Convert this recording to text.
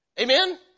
Amen